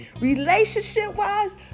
Relationship-wise